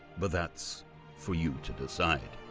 but that's for you to decide.